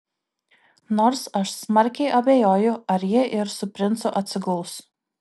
nors aš smarkiai abejoju ar ji ir su princu atsiguls